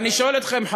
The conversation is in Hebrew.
ואני שואל אתכם,